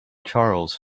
charles